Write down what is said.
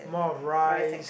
more of rice